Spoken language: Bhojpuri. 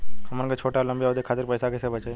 हमन के छोटी या लंबी अवधि के खातिर पैसा कैसे बचाइब?